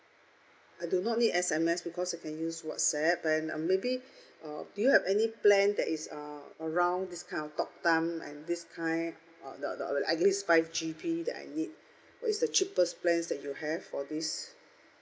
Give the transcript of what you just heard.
I do not need S_M_S because I can use whatsapp and uh maybe uh do you have any plan that is um around this kind of talk time and this kind uh the the the at least five G_B that I need is the cheapest plans that you have for this